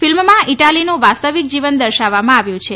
ફિલ્મમાં ઇટાલીનું વાસ્તવિક જીવન દર્શાવવામાં આવ્યું છે